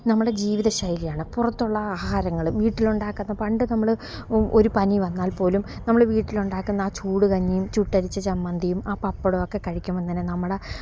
നമ്മുടെ ജീവിത ശൈലിയാണ് പുറത്തുള്ള ആഹാരങ്ങള് വീട്ടിലുണ്ടാക്കാത്ത പണ്ട് നമ്മള് ഒരു പനി വന്നാൽപ്പോലും നമ്മള് വീട്ടിലുണ്ടാക്കുന്ന ആ ചൂട് കഞ്ഞിയും ചുട്ടരച്ച ചമന്തിയും ആ പപ്പടവുമൊക്കെ കഴിക്കുമ്പോള് തന്നെ നമ്മുടെ